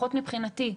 לפחות מבחינתי,